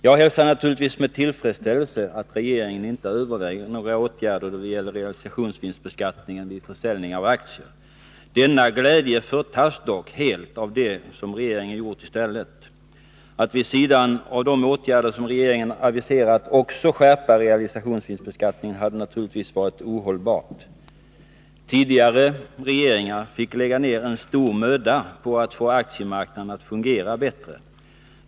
Jag hälsar naturligtvis med tillfredsställelse att regeringen inte överväger några åtgärder då det gäller realisationsvinstbeskattningen vid försäljning av aktier. Denna glädje förtas dock helt av det som regeringen gör i stället. Att vid sidan av de åtgärder som regeringen aviserat också skärpa realisationsvinstbeskattningen hade naturligtvis varit ohållbart. Tidigare regeringar fick lägga ner stor möda på att få aktiemarknaden att fungera bättre.